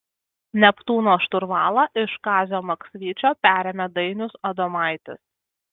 neptūno šturvalą iš kazio maksvyčio perėmė dainius adomaitis